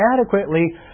adequately